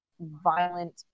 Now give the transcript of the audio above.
violent